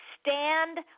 Stand